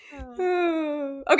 Okay